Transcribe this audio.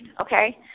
okay